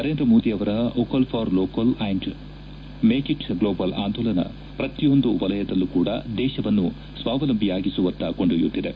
ನರೇಂದ್ರ ಮೋದಿ ಅವರ vocal for local and make it global ಆಂದೋಲನಾ ಪ್ರತಿಯೊಂದು ವಲಯದಲ್ಲೂ ಕೂಡಾ ದೇಶವನ್ನು ಸ್ವಾವಲಂಬಿಯಾಗಿಸುವತ್ತಾ ಕೊಂಡೊಯ್ಯುತ್ತಿದೆ